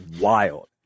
wild